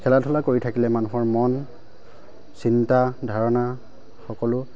খেলা ধূলা কৰি থাকিলে মানুহৰ মন চিন্তা ধাৰণা সকলো